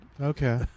Okay